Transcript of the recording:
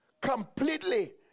completely